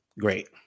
great